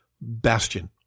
bastion